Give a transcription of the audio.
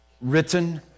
written